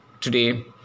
today